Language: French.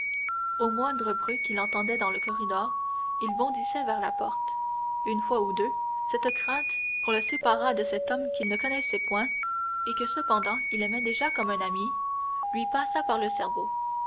au moindre bruit qu'il entendait dans le corridor il bondissait vers la porte une fois ou deux cette crainte qu'on le séparât de cet homme qu'il ne connaissait point et que cependant il aimait déjà comme un ami lui passa par le cerveau